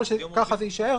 ככל שככה זה יישאר,